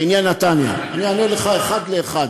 לעניין נתניה, אני אענה לך אחד לאחד.